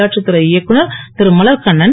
உள்ளாட்சித் துறை இயக்குனர் திருமலர்கண்ணன்